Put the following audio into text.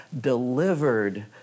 delivered